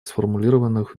сформулированных